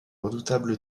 redoutable